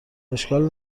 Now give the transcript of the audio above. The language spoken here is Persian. اشکال